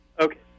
Okay